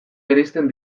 bereizten